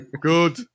Good